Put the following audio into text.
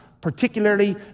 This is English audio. Particularly